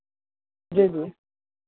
जी जी